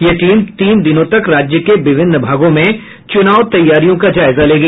यह टीम तीन दिनों तक राज्य के विभिन्न भागों में चुनाव तैयारियों का जायजा लेगी